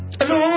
Hello